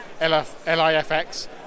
lifx